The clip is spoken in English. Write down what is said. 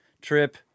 trip